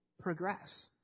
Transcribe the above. Progress